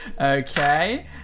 Okay